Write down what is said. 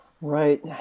Right